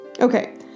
Okay